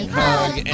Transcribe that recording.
hug